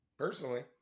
Personally